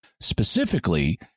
Specifically